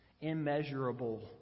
Immeasurable